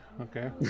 Okay